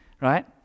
right